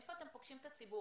איפה אתם פוגשים את הציבור?